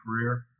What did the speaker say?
career